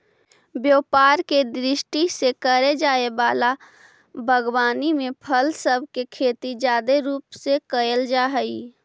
व्यापार के दृष्टि से करे जाए वला बागवानी में फल सब के खेती जादे रूप से कयल जा हई